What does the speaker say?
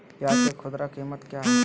प्याज के खुदरा कीमत क्या है?